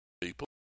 people